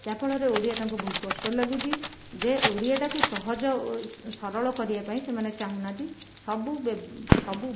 ଯାହାଫଳରେ ଓଡ଼ିଆ ତାଙ୍କୁ ବହୁ କଷ୍ଟ ଲାଗୁଛି ଯେ ଓଡ଼ିଆଟାକୁ ସହଜ ଓ ସରଳ କରିବାପାଇଁ ସେମାନେ ଚାହୁଁନାହାନ୍ତି ସବୁ ସବୁ